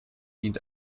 dient